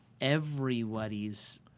everybody's